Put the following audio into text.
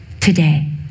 today